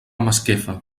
masquefa